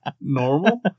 Normal